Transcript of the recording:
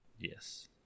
Yes